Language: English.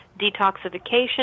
detoxification